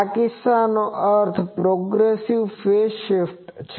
આ કિસ્સાનો અર્થ પ્રોગ્રેસીવ ફેઝ શિફ્ટ છે